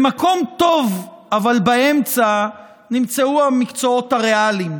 במקום טוב, אבל באמצע, נמצאו המקצועות הריאליים,